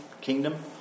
kingdom